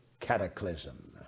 cataclysm